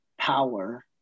power